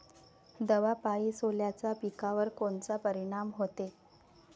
दवापायी सोल्याच्या पिकावर कोनचा परिनाम व्हते?